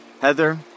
Heather